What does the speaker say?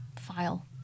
file